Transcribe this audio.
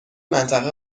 منطقه